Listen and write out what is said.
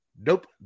Nope